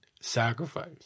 sacrifice